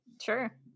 Sure